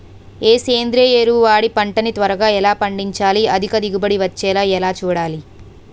ఏ సేంద్రీయ ఎరువు వాడి పంట ని త్వరగా ఎలా పండించాలి? అధిక దిగుబడి వచ్చేలా ఎలా చూడాలి?